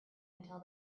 until